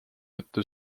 juttu